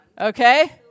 Okay